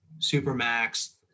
Supermax